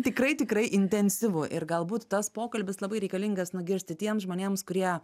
tikrai tikrai intensyvu ir galbūt tas pokalbis labai reikalingas nugirsti tiems žmonėms kurie